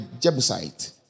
Jebusite